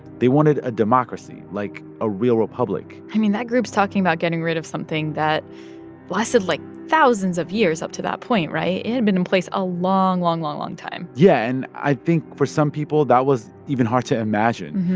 they wanted a democracy, like a real republic i mean, that group's talking about getting rid of something that lasted, like, thousands of years up to that point. right? it had been in place a long, long, long, long time yeah. and i think for some people, that was even hard to imagine.